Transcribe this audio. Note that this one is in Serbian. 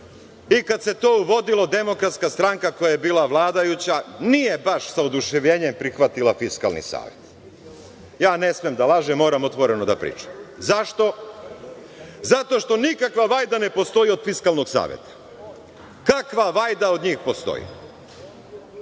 i kad se to uvodilo, DS, koja je bila vladajuća, nije baš sa oduševljenjem prihvatila Fiskalni savet. Ja ne smem da lažem, moram otvoreno da pričam. Zašto? Zato što nikakva vajda ne postoji od Fiskalnog saveta. Kakva vajda od njih postoji?